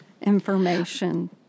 information